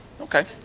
okay